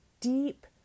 deep